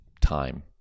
time